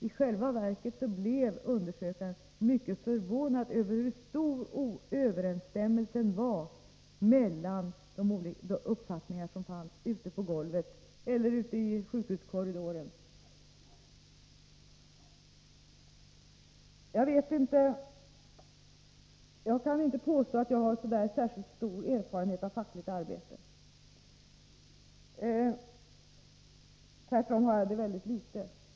I själva verket blev undersökaren mycket förvånad över hur stor överensstämmelsen var med de uppfattningar som fanns ute på golvet eller i sjukhuskorridoren. Jag kan inte påstå att jag har särskilt stor erfarenhet av fackligt arbete. Tvärtom har jag en mycket liten sådan.